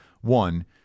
One